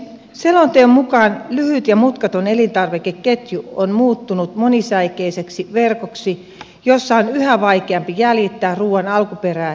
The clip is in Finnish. selonteon mukaan lyhyt ja mutkaton elintarvikeketju on muuttunut monisäikeiseksi verkoksi jossa on yhä vaikeampi jäljittää ruuan alkuperää ja aineosia